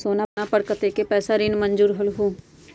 सोना पर कतेक पैसा ऋण मंजूर होलहु?